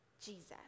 Jesus